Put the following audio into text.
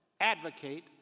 advocate